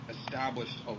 established